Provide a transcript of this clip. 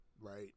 right